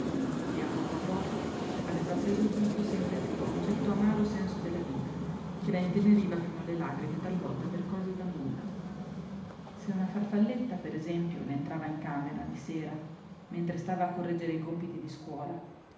e a poco a poco aveva preso gusto sempre più a un certo amaro senso della vita che la inteneriva fino alle lagrime talvolta per cose da nulla se una farfalletta per esempio le entrava in camera di sera mentre stava a correggere i compiti di scuola